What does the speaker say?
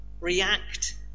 react